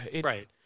Right